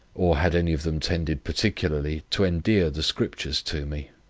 or had any of them tended particularly to endear the scriptures to me,